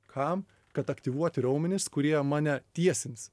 kam kad aktyvuoti raumenis kurie mane tiesins